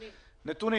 אפי,